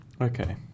Okay